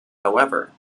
however